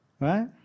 Right